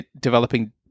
developing